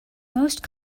most